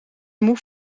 moe